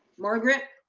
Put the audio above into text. margaret.